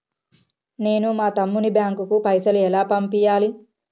నేను మా తమ్ముని బ్యాంకుకు పైసలు ఎలా పంపియ్యాలి?